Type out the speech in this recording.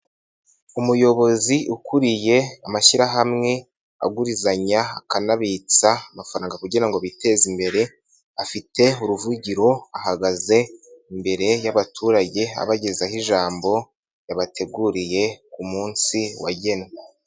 Umuyobozi ukuriye amashyirahamwe agurizanya akanabitsa amafaranga kugira ngo biteze imbere, afite uvugiro ahagaze imbere y'abaturage abagezaho ijambo yabateguriye ku munsi wagenwe.